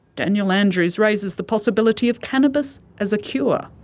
daniel andrews raises the possibility of cannabis as a cure.